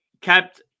kept